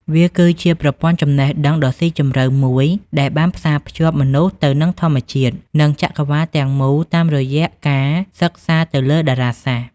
វាគឺជាប្រព័ន្ធចំណេះដឹងដ៏ស៊ីជម្រៅមួយដែលបានផ្សារភ្ជាប់មនុស្សទៅនឹងធម្មជាតិ និងចក្រវាឡទាំងមូលតាមរយៈការសិក្សាទៅលើតារាសាស្ត្រ។